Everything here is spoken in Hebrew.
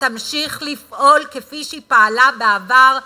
חברים יקרים,